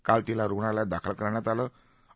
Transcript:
काल तिला रुग्णालयात दाखल करण्यात आलं होतं